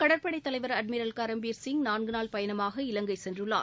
கடற்படை தலைவர் அட்மிரல் கரம்பீர் சிங் நான்கு நாள் பயணமாக இலங்கை சென்றுள்ளார்